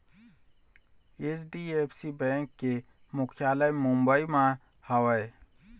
HDFC bank के मुख्यालय मुंबई म हवय